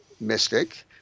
mystic